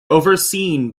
overseen